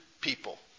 people